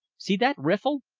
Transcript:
see that riffle?